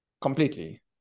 Completely